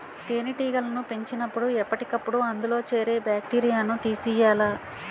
తేనెటీగలను పెంచినపుడు ఎప్పటికప్పుడు అందులో చేరే బాక్టీరియాను తీసియ్యాలి